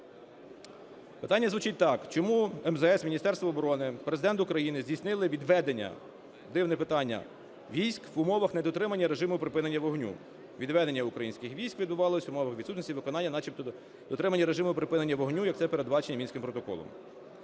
Питання звучить так: "Чому МЗС Міністерство оборони, Президент України здійснили відведення – дивне питання, - військ в умовах недотримання режиму припинення вогню? Відведення українських військ відбувалося в умовах відсутності виконання, начебто, дотримання режиму припинення вогню, як це передбачено Мінським протоколом".